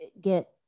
get